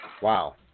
Wow